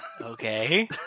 Okay